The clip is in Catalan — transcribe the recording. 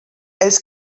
els